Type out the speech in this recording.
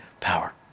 power